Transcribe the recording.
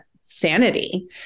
sanity